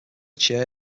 chair